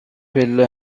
پله